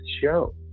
show